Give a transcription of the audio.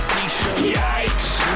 yikes